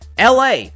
LA